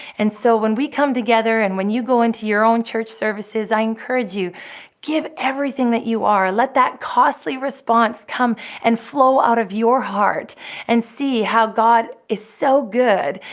and so, when we come together and when you go into your own church services, i encourage you give everything that you are. let that costly response come and flow out of your heart and see how god is so good.